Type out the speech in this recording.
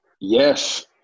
Yes